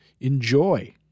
enjoy